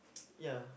ya